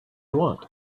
want